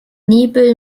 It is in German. niebüll